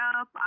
up